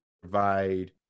provide